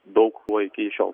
daug buvo iki šiol